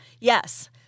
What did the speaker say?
Yes